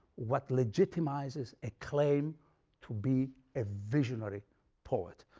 what legitimizes a claim to be a visionary poet.